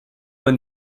man